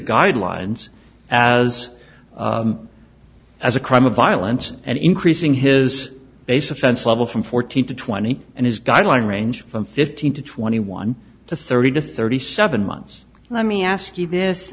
guidelines as as a crime of violence and increasing his base offense level from fourteen to twenty and his guideline range from fifteen to twenty one to thirty to thirty seven months let me ask you this